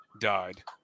died